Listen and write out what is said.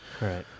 right